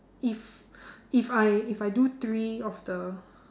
if if I if I do three of the